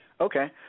Okay